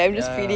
ya